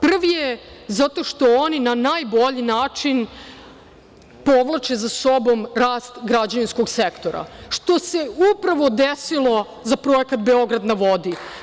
Prvi je zato što oni na najbolji način povlače za sobom rast građevinskog sektora, što se upravo desilo za projekata „Beograd na vodi“